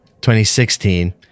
2016